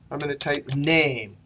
i'm going to type name.